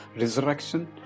resurrection